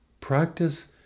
Practice